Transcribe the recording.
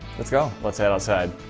let's go. let's head outside.